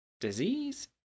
Disease